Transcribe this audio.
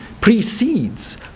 precedes